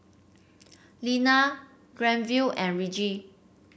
Linna Granville and Reggie